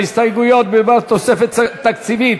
ההסתייגויות בדבר תוספת תקציבית